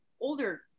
older